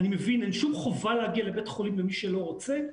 אין שום חובה להגיע לבית חולים למי שלא רוצה.